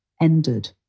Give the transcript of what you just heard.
ended